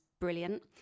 brilliant